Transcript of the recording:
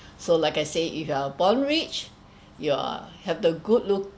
so like I said if you are born rich you are have the good looks